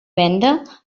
venda